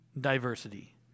diversity